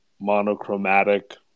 monochromatic